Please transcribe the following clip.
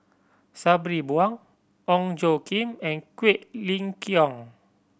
Sabri Buang Ong Tjoe Kim and Quek Ling Kiong